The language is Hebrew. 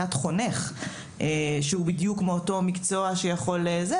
חונך שהוא בדיוק מאותו המקצוע של החניך.